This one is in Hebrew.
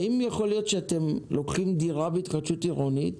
האם יכול להיות שאתם לוקחים דירה בהתחדשות עירונית